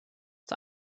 der